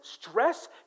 Stress